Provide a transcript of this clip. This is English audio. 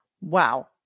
wow